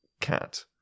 cat